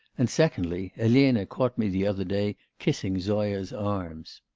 and, secondly, elena caught me the other day kissing zoya's arms